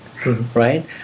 Right